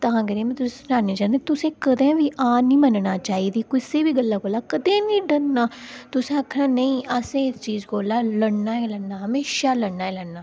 तां करियै में तुसें गी सनाना चाह्न्नी कि तुसें गी कदें बी हार निं मन्नना चाहिदी कुसै बी गल्लै कोला कदें निं डरना तुसें आखना नेईं असें इस चीज कोला लड़ना ई लड़ना ऐ म्होशा लड़ना ई लड़ना